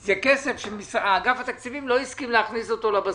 זה כסף שאגף תקציבים לא הסכים להכניס אותו לבסיס,